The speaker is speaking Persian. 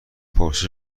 پرسش